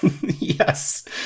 Yes